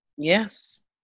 Yes